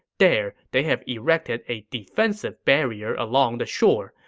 there, they have erected a defensive barrier along the shore.